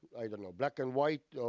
i don't know, black-and-white,